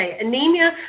Anemia